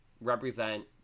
represent